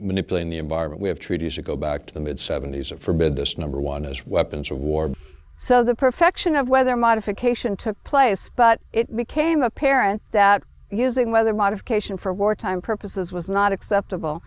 manipulating the environment we have treaties that go back to the mid seventy's or forbid this number one as weapons of war so the perfection of weather modification took place but it became apparent that using weather modification for wartime purposes was not acceptable